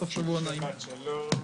סוף שבוע נעים, ישיבה זו נעולה.